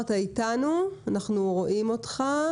כשאנשים מסתכלים בעיקר על המחיר הנמוך שהם משלמים תמורת המוצרים,